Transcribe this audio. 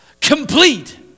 Complete